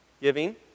giving